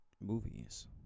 movies